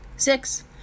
Six